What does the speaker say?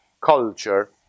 culture